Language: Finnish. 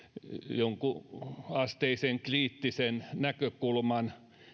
jonkunasteisen kriittisen näkökulman